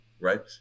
right